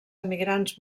emigrants